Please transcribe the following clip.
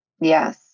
Yes